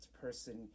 person